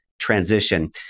transition